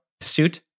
suit